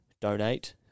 donate